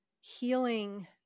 healing